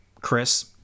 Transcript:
Chris